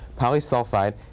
polysulfide